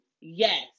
Yes